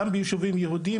גם ביישובים יהודים,